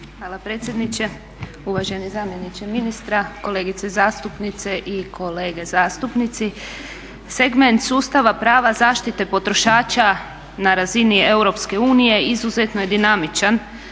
Hvala predsjedniče. Uvaženi zamjeniče ministra, kolegice zastupnice i kolege zastupnici segment sustav prava zaštite potrošača na razini EU izuzetno je dinamičan